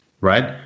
Right